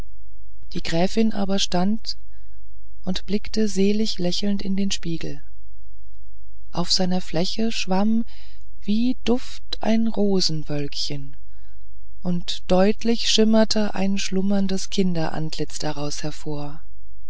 die gräfin aber stand und blickte selig lächelnd in den spiegel auf seiner fläche schwamm wie duft ein rosenwölkchen und deutlich schimmerte ein schlummerndes kinderantlitz daraus hervor